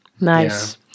Nice